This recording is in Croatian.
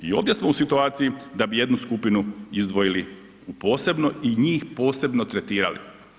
I ovdje smo u situaciji da bi jednu skupinu izdvojili u posebno i njih posebno tretirali.